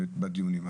בדיונים.